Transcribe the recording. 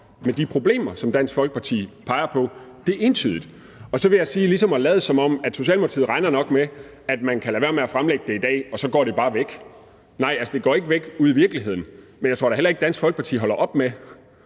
med de problemer, som Dansk Folkeparti peger på, det er entydigt. Og så vil jeg sige i forhold til ligesom at lade, som om at Socialdemokratiet nok regner med, at man kan lade være med at fremlægge det i dag, og så går det bare væk: Nej, altså, det går ikke væk ude i virkeligheden. Men jeg tror da heller ikke, Dansk Folkeparti holder op med